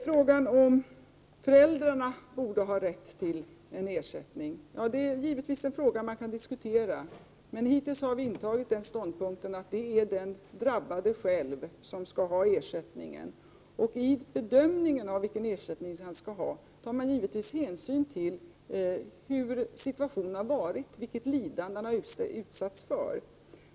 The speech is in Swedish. Frågan om föräldrarnas rätt till ersättning kan givetvis diskuteras. Hittills har vi intagit den ståndpunkten att det är den drabbade själv som skall ha ersättningen. Vid bedömningen av vilken ersättning han skall ha, har man givetvis tagit hänsyn till hur situationen har varit och vilket lidande han har utsatts för.